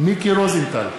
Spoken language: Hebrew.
מיקי רוזנטל,